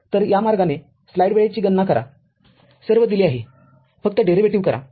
तरया मार्गाने स्लाईड वेळेची गणना करा सर्व दिले आहे फक्त डेरिव्हेटीव्ह करा